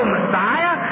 Messiah